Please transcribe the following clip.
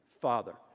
Father